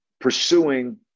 pursuing